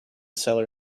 cellar